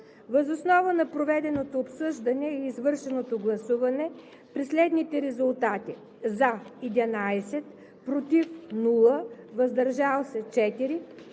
Въз основа на проведеното обсъждане и извършеното гласуване при следните резултати: „за” – 11, без „против” и „въздържал се”